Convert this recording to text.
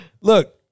Look